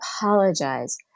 apologize